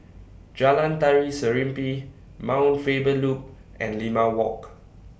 Jalan Tari Serimpi Mount Faber Loop and Limau Walk